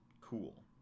Cool